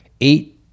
eight